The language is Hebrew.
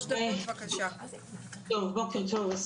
בוקר טוב.